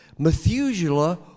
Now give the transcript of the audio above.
Methuselah